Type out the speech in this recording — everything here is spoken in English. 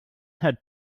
had